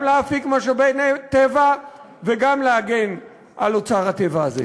גם להפיק משאבי טבע וגם להגן על אוצר הטבע הזה.